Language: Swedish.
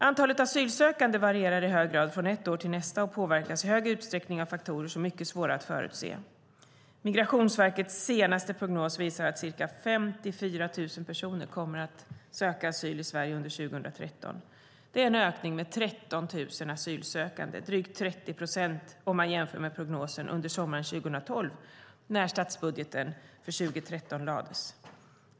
Antalet asylsökande varierar i hög grad från ett år till nästa och påverkas i hög utsträckning av faktorer som är mycket svåra att förutse. Migrationsverkets senaste prognos visade att ca 54 000 personer kommer att söka asyl i Sverige under 2013. Det är en ökning med 13 000 asylsökanden, drygt 30 procent, om man jämför med prognosen under sommaren 2012, när statsbudgeten för 2013 lades fram.